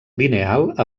lineal